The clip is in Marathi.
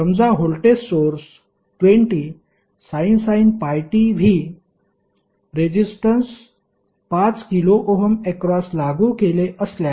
समजा voltage source 20sin πt V resistance 5 k Ω across लागू केले असल्यास